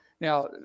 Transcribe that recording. Now